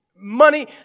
Money